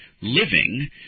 living